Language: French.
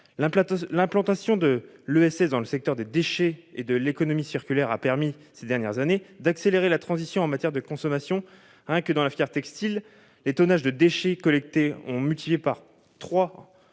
L'implantation de l'ESS dans le secteur des déchets et de l'économie circulaire a permis ces dernières années d'accélérer les transitions en matière de consommation. Dans la seule filière textile, les tonnages de déchets collectés ont été multipliés par trois